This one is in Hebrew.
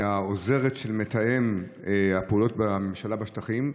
מהעוזרת של מתאם פעולות הממשלה בשטחים.